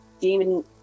demon